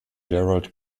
gerald